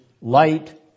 light